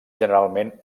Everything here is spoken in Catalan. generalment